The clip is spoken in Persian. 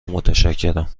متشکرم